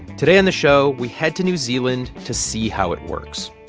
today on the show, we head to new zealand to see how it works.